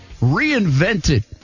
reinvented